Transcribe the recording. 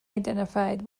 identified